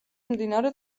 მდინარე